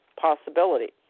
possibility